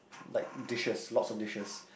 like dishes lots of dishes